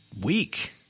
week